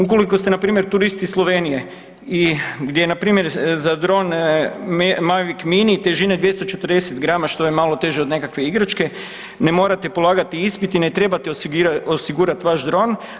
Ukoliko ste npr. turist iz Slovenije i gdje npr. za dron Magic mini, težina je 240 g, što je malo teže od nekakve igračke, ne morate polagati ispit i ne trebate osigurati vaš dron.